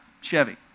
Chevy